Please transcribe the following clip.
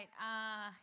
right